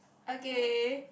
okay